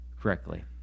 correctly